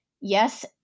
Yes